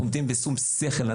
אנחנו עובדים בשום שכל,